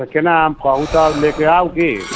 तऽ केना हम कहू तब लऽ कऽ आउ की